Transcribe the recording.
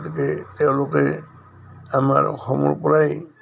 গতিকে তেওঁলোকে আমাৰ অসমৰ পৰাই